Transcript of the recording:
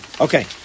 Okay